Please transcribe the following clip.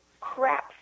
crap